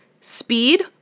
speed